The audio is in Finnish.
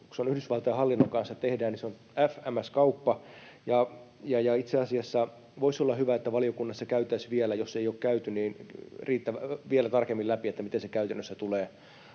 tehdään Yhdysvaltain hallinnon kanssa, se on FMS-kauppa. Itse asiassa voisi olla hyvä, että valiokunnassa käytäisiin — jos ei ole käyty — vielä tarkemmin läpi, miten se käytännössä tulee